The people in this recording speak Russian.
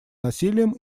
насилием